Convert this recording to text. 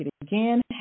Again